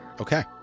Okay